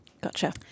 Gotcha